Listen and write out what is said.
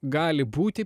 gali būti